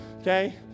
okay